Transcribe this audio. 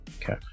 Okay